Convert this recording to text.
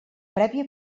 prèvia